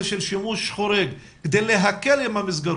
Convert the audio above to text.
של שימוש חורג כדי להקל עם המסגרות,